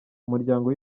umuryango